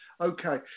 Okay